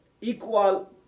equal